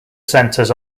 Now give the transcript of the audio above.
centres